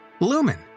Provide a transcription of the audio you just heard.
lumen